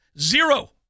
Zero